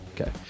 Okay